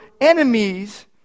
enemies